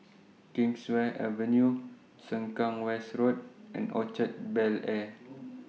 Kingswear Avenue Sengkang West Road and Orchard Bel Air